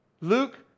Luke